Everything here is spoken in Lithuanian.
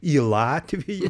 į latviją